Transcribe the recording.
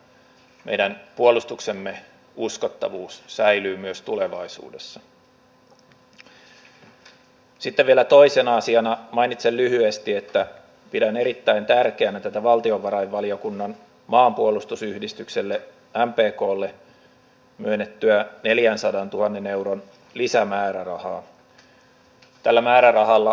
jaan sen syvän ihmetyksen tästä välikysymyksen hengestä että kun ensin soihduin ja talikoin lähdetään lynkkaamaan yksittäistä ministeriä saadaan mediajulkisuus ja sen jälkeen välikysymyskeskustelussa annetaan ymmärtää että suorastaan sivistyksellisesti me vain haluamme puhua asiaa niin ei tätä kyllä voi ymmärtää millään